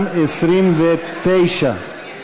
גם (29)